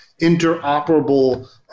interoperable